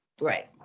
Right